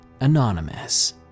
anonymous